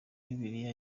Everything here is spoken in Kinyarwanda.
bibiliya